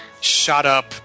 shot-up